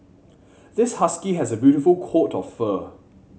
this husky has a beautiful court of fur